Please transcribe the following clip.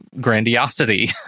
grandiosity